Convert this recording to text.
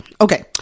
Okay